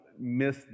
miss